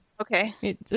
Okay